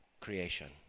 creation